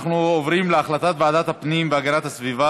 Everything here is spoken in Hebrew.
אנחנו עוברים להצעת ועדת הפנים והגנת הסביבה